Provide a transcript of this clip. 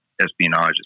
espionage